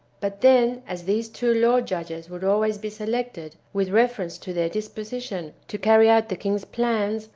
but then, as these two law judges would always be selected with reference to their disposition to carry out the king's plans,